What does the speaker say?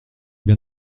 bien